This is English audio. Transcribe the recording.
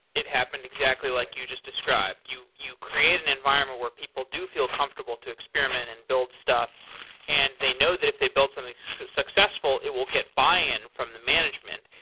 it happened exactly like you just described you. you create an environment where people do feel comfortable to experiment and build stuff and they know that if they build something successful, it will get buy-in from the management.